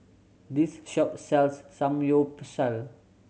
this shop sells Samgyeopsal